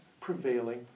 prevailing